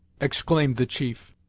exclaimed the chief,